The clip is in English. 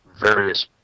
various